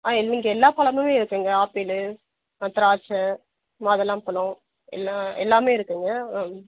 ஆ இன்றைக்கு எல்லா பழமுமே இருக்குதுங்க ஆப்பிள் திராட்சை மாதுளம்பழம் எல்லாம் எல்லாமே இருக்குதுங்க ஆ